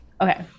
Okay